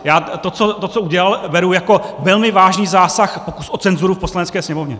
Já to, co udělal, beru jako velmi vážný zásah a pokus o cenzuru v Poslanecké sněmovně.